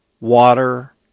water